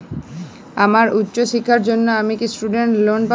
আমার উচ্চ শিক্ষার জন্য আমি কি স্টুডেন্ট লোন পাবো